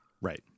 Right